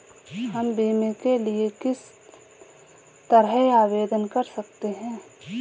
हम बीमे के लिए किस तरह आवेदन कर सकते हैं?